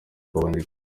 kaboneka